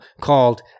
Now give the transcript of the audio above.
called